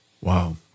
Wow